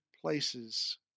places